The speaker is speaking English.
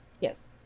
Yes